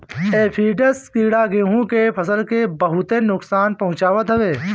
aphids कीड़ा गेंहू के फसल के बहुते नुकसान पहुंचावत हवे